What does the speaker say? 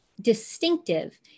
distinctive